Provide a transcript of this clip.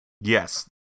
yes